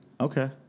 Okay